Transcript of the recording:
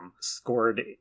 scored